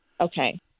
Okay